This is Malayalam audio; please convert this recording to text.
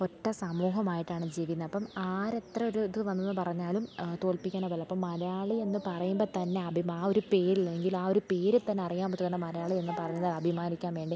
ഒറ്റ സമൂഹമായിട്ടാണ് ജീവിക്കുന്നത് അപ്പം ആരെത്ര ഒരു ഇത് വന്നെന്ന് പറഞ്ഞാലും തോൽപ്പിക്കാനാവില്ല അപ്പം മലയാളി എന്ന് പറയുമ്പം തന്നെ അഭിമാ ആ ഒരു പേര് ഇല്ലെങ്കിൽ ആ ഒരു പേരിൽ തന്നെ അറിയാൻ പറ്റും കാരണം മലയാളി എന്ന് പറഞ്ഞത് അഭിമാനിക്കാൻ വേണ്ടി